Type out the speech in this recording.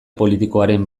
politikoaren